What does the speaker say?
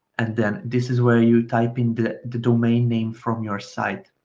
and then this is where you type in the the domain name from your site,